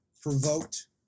provoked